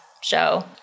show